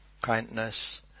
kindness